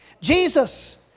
Jesus